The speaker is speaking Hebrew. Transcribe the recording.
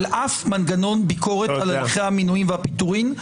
שום מנגנון ביקורת על הליכי המינויים והפיטורים.